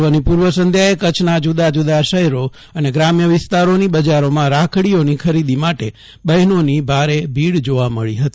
પર્વની પૂ ર્વ સંધ્યાએ કચ્છના જુદા જુદા શહેરો અને ગ્રામ્ય વિસ્તારોની બજારોમાં રાખડીઓની ખરીદી માટે બહેનોની ભારે ભીડ જોવા મળી હતી